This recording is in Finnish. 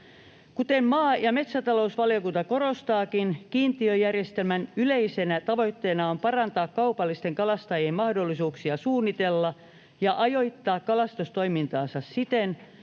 Kuten maa- ja metsätalousvaliokunta korostaakin, kiintiöjärjestelmän yleisenä tavoitteena on parantaa kaupallisten kalastajien mahdollisuuksia suunnitella ja ajoittaa kalastustoimintaansa siten,